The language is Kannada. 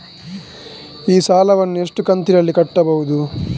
ಈ ಸಾಲವನ್ನು ಎಷ್ಟು ಕಂತಿನಲ್ಲಿ ಕಟ್ಟಬಹುದು?